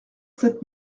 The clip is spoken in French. sept